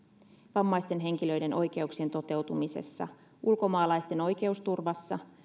vammaisten henkilöiden oikeuksien toteutumisessa ulkomaalaisten oikeusturvassa